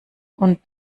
und